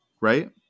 right